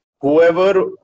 Whoever